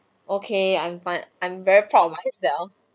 okay I'm fine I'm very proud of myself